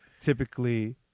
typically